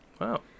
Wow